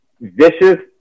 vicious